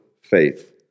faith